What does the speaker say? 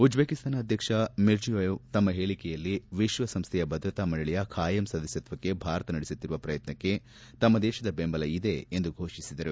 Uzbekistan ಅಧ್ಯಕ್ಷ Mirziyoyev ತಮ್ಮ ಹೇಳಿಕೆಯಲ್ಲಿ ವಿಶ್ವಸಂಸ್ವೆಯ ಭದ್ರತಾ ಮಂಡಳಿಯ ಖಾಯಂ ಸದಸ್ವತ್ವಕ್ಕೆ ಭಾರತ ನಡೆಸುತ್ತಿರುವ ಪ್ರಯತ್ನಕ್ಕೆ ತಮ್ಮ ದೇಶದ ಬೆಂಬಲ ಇದೆ ಎಂದು ಘೋಷಿಸಿದರು